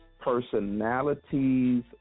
personalities